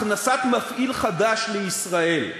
הכנסת מפעיל חדש לישראל.